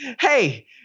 hey